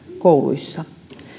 kouluissa